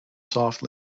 softly